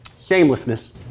shamelessness